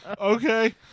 okay